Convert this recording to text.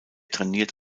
trainiert